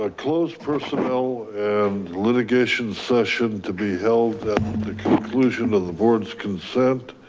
ah closed personnel litigation session to be held at the conclusion of the board's consent